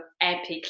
epic